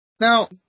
Now